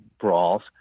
brawls